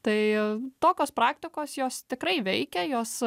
tai tokios praktikos jos tikrai veikia jos